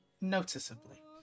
noticeably